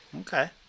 Okay